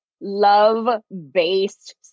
love-based